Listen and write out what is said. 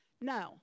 No